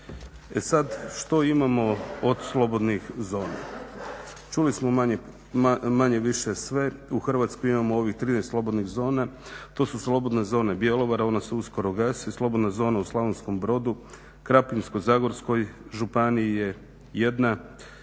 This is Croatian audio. sad, što imamo od slobodnih zona? Čuli smo manje-više sve, u Hrvatskoj imamo ovih 13 slobodnih zona, to su slobodne zone Bjelovara, one …, slobodne zone u Slavonskom Brodu, u Krapinsko-zagorskoj županiji je jedna,